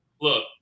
look